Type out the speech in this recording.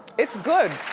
it's good.